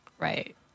Right